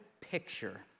picture